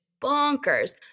bonkers